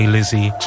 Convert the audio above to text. Lizzie